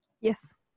Yes